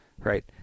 right